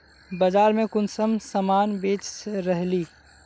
बाजार में कुंसम सामान बेच रहली?